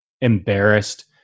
embarrassed